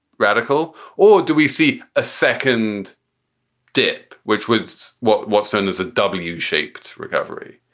radical or do we see a second dip? which was what what started as a w shaped recovery?